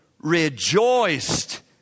rejoiced